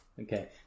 okay